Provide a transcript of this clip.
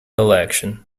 election